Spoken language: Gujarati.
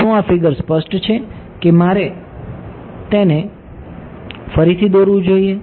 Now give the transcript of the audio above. શું આ ફિગર સ્પષ્ટ છે કે મારે તેને ફરીથી દોરવું જોઈએ